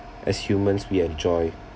as humans we enjoy